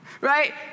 right